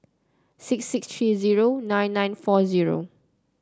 six six three zero nine nine four zero